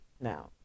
now